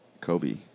Kobe